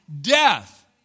death